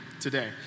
today